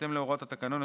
בהתאם להוראות התקנון,